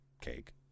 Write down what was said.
cake